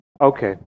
okay